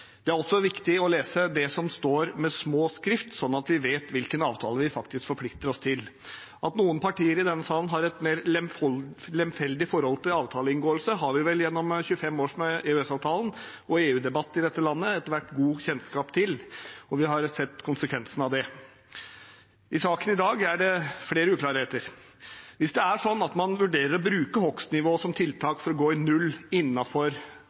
Det er også viktig å lese det som står med liten skrift, slik at vi vet hvilken avtale vi faktisk forplikter oss til. At noen partier i denne salen har et mer lemfeldig forhold til avtaleinngåelse, har vi vel gjennom 25 år med EØS-avtalen og EU-debatter i dette landet etter hvert god kjennskap til, og vi har sett konsekvensen av det. I saken i dag er det flere uklarheter. Hvis det er slik at man vurderer å bruke hogstnivå som tiltak for å gå i null